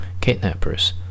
kidnappers